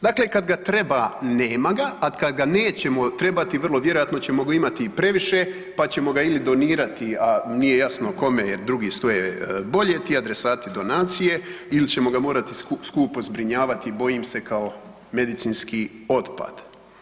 Dakle, kad ga treba nema ga, a kad ga nećemo trebati vrlo vjerojatno ćemo ga imati i previše, pa ćemo ga ili donirati, a nije jasno kome jer drugi stoje bolje, ti adresati donacije ili ćemo ga morati skupo zbrinjavati, bojim se kao medicinski otpad.